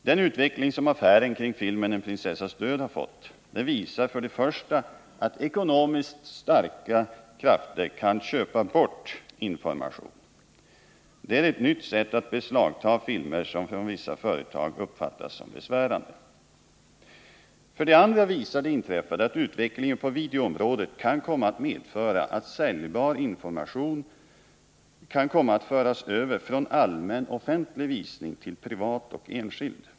Den utveckling som affären kring filmen En prinsessas död har fått visar för det första att ekonomiskt starka krafter kan köpa bort information. Det är ett nytt sätt att beslagta sådana filmer som från vissa företag uppfattas som besvärande. För det andra visar det inträffade att utvecklingen på videoområdet kan komma att medföra att säljbar information förs över från allmän, offentlig visning till privat och enskild.